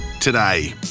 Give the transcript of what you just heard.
today